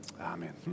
Amen